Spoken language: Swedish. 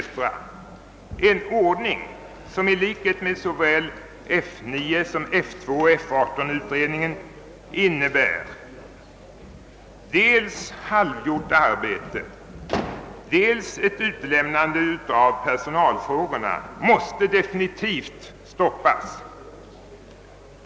En ordning som i likhet med såväl F 9 som F 2 och F 18 utredningen innebär dels halvgjort arbete och dels ett utelämnande av personalfrågorna måste definitivt stoppas.